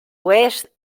oest